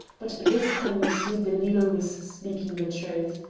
but this time monsieur de lisle was speaking the truth.